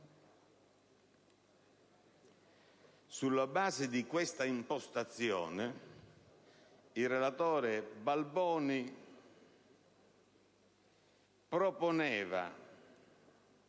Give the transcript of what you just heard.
Sulla base di questa impostazione, il relatore Balboni proponeva